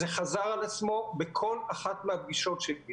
זה חזר על עצמו בכל אחת מהפגישות שלי.